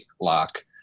lock